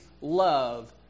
love